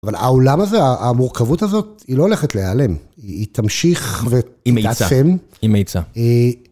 אבל העולם הזה, המורכבות הזאת, היא לא הולכת להיעלם. היא תמשיך ותתעצם. היא מאיצה. היא מאיצה.